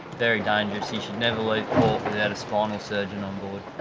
very dangerous you should never leave port without a spinal surgeon on board